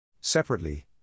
Separately